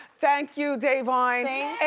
thank you, da'vine.